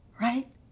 right